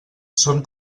són